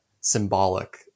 symbolic